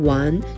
one